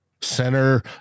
Center